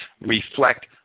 reflect